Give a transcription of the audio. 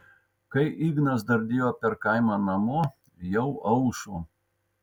kai ignas dardėjo per kaimą namo jau aušo